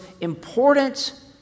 important